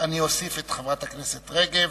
אני אוסיף את חברת הכנסת רגב,